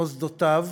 מוסדותיו